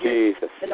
Jesus